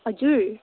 हजुर